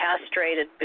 castrated